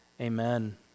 Amen